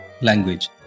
language